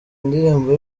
indirimbo